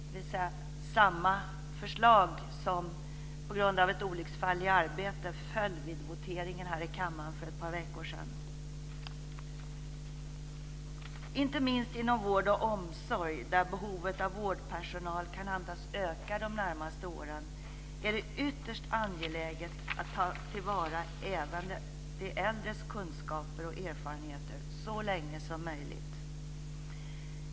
Det är samma förslag som på grund av ett olycksfall i arbetet föll vid voteringen här i kammaren för ett par veckor sedan. Inte minst inom vård och omsorg, där behovet av vårdpersonal kan antas öka de närmaste åren, är det ytterst angeläget att ta till vara även de äldres kunskaper och erfarenheter så länge som möjligt.